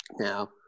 Now